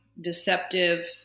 deceptive